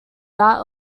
that